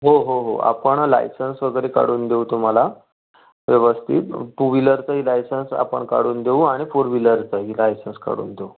हो हो हो आपण लायसन्स वगैरे काढून देऊ तुम्हाला व्यवस्थित टू व्हिलरचंही लायसन्स आपण काढून देऊ आणि फोर व्हिलरचंही लायसन्स काढून देऊ